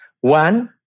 One